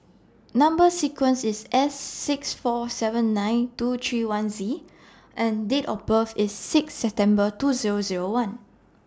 Number sequence IS S six four seven nine two three one Z and Date of birth IS six September two Zero Zero one